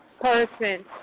person